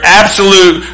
absolute